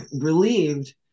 relieved